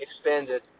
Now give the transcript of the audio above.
expanded